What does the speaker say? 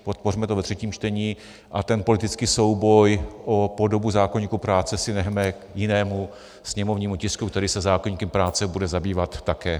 Podpoříme to ve třetím čtení a ten politický souboj o podobu zákoníku práce si nechme k jinému sněmovnímu tisku, který se zákoníkem práce bude zabývat také.